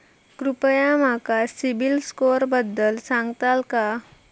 कृपया माका सिबिल स्कोअरबद्दल सांगताल का?